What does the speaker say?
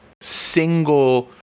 single